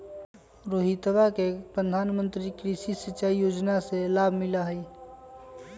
रोहितवा के प्रधानमंत्री कृषि सिंचाई योजना से लाभ मिला हई